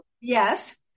yes